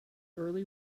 early